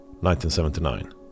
1979